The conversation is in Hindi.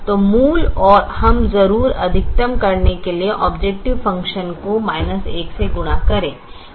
तो मूल और हम जरूर अधिकतम करने के लिए ऑबजेकटिव फ़ंक्शन को 1 से गुणा करें